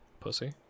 pussy